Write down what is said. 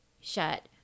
shut